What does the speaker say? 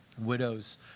widows